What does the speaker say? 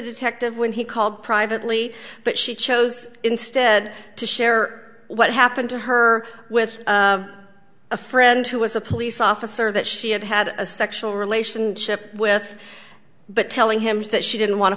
detective when he called privately but she chose instead to share what happened to her with a friend who was a police officer that she had had a sexual relationship with but telling him that she didn't want to